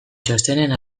txostenen